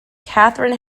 catherine